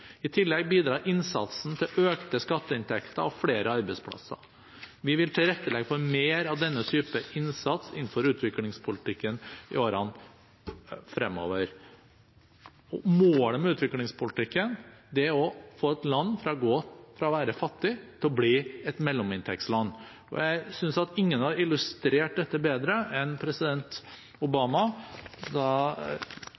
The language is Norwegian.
I tillegg bidrar innsatsen til økte skatteinntekter og flere arbeidsplasser. Vi vil tilrettelegge for mer av denne type innsats innenfor utviklingspolitikken i årene fremover. Målet med utviklingspolitikken er å få et land til å gå fra å være fattig til å bli et mellominntektsland. Jeg synes ingen har illustrert dette bedre enn president